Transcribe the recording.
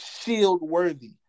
shield-worthy